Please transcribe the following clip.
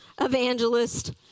evangelist